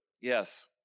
Yes